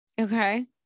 Okay